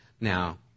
Now